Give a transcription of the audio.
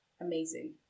Amazing